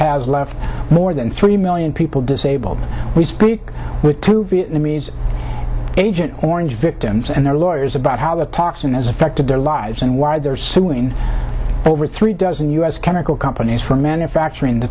has left more than three million people disabled we speak with two vietnamese agent orange victims and their lawyers about how the toxin has affected their lives and why they're suing over three dozen u s chemical companies for manufacturing the